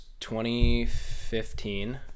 2015